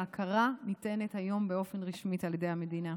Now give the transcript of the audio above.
וההכרה ניתנת היום באופן רשמי על ידי המדינה.